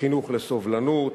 חינוך לסובלנות,